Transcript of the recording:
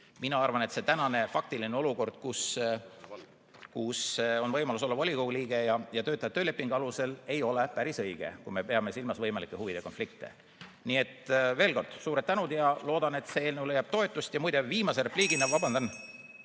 Mina arvan, et see tänane faktiline olukord, kus on võimalus olla volikogu liige ja töötada töölepingu alusel, ei ole päris õige, kui me peame silmas võimalikke huvide konflikte. Nii et veel kord: suured tänud! Loodan, et see eelnõu leiab toetust. Ja muide, viimase repliigina ...